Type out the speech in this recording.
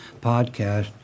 podcast